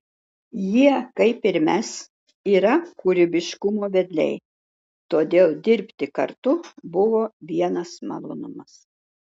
jie kaip ir mes yra kūrybiškumo vedliai todėl dirbti kartu buvo vienas malonumas